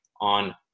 on